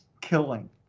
killing